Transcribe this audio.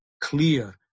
clear